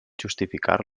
justificar